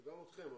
וגם אתכם,